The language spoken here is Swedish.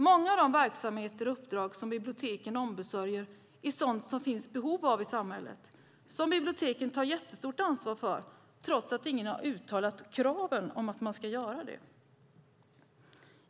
Många av de verksamheter och uppdrag som biblioteken ombesörjer är sådant som det finns ett behov av i samhället och som biblioteken tar ett mycket stort ansvar för trots att ingen uttalat krav om det.